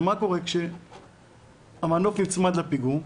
ומה קורה כשהמנוף נצמד לפיגום?